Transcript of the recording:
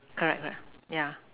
correct correct yeah